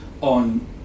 on